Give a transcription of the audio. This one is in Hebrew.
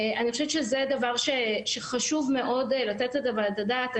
אני חושבת שזה דבר שחשוב מאוד לתת עליו את הדעת.